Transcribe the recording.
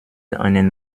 einen